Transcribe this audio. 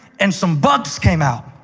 and some bugs came out.